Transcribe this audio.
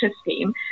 scheme